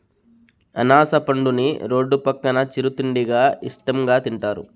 అనాస పండుని రోడ్డు పక్కన చిరు తిండిగా ఇష్టంగా తింటారు